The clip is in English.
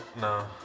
no